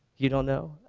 you don't know?